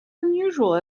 unusual